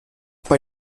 bei